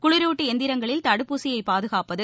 குளிருட்டி இயந்திரங்களில் தடுப்பூசியை பாதுகாப்பது